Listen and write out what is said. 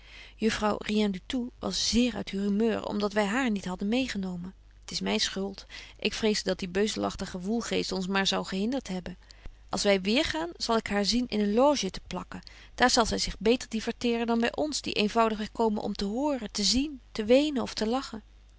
juffrouw rien du tout was zeer uit haar humeur om dat wy haar niet hadden mee genomen t is myn schuld ik vreesde dat die beuzelagtige woelgeest ons maar zou gehindert hebben als wy weêr gaan zal ik haar zien in een loge te plakken daar zal zy zich beter diverteeren dan by ons die eenvoudig komen om te horen te zien te wenen of te lachen